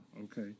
Okay